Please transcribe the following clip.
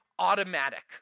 automatic